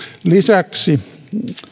lisäksi